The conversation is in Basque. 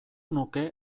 nuke